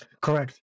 Correct